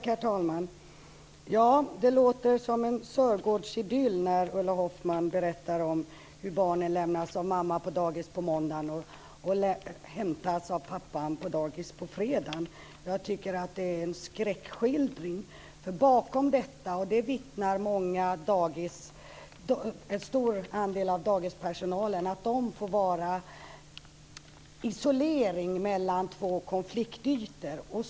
Herr talman! Det låter som en Sörgårdsidyll när Ulla Hoffmann berättar om hur barnen lämnas av mamma på dagis på måndag och hämtas av pappa på dagis på fredag. Jag tycker att det är en skräckskildring. En stor andel av dagispersonalen vittnar om att man får vara isolering mellan två konfliktytor.